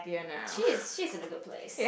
cheese cheese is a good place